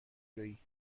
جویی